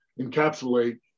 encapsulate